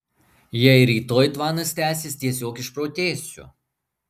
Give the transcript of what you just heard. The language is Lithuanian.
jei ir rytoj tvanas tęsis tiesiog išprotėsiu